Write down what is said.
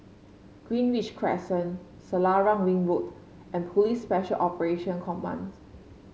Greenridge Crescent Selarang Ring Road and Police Special Operation Commands